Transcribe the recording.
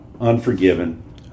Unforgiven